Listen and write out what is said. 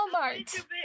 Walmart